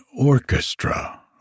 orchestra